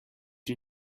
you